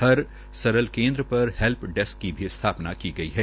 हर सरल केन्द्र पर हैल्प डैस्क की भी स्थापना की गई है